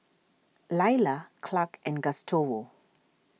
Laila Clark and Gustavo